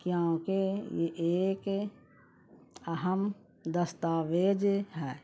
کیونکہ یہ ایک اہم دستاویز ہے